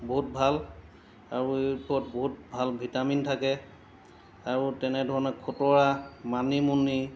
বহুত ভাল আৰু এইবোৰত বহুত ভাল ভিটামিন থাকে আৰু তেনেধৰণে খুতুৰা মানিমুনি